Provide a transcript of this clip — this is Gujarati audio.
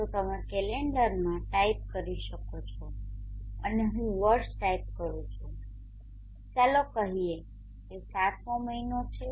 તો તમે કેલેન્ડરમાં ટાઈપ કરી શકો છો અને હું વર્ષ ટાઇપ કરું છું ચાલો કહીએ કે 7મો મહિનો છે